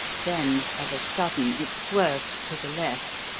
then, of a sudden, it swerved to the left,